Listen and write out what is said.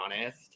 honest